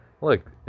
look